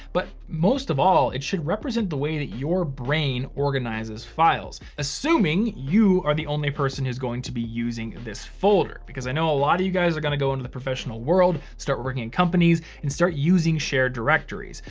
but most of all, it should represent the way that your brain organizes files. assuming you are the only person who's going to be you using this folder, because i know a lot of you guys are gonna go into the professional world, start working in companies and start using shared directories.